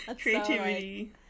Creativity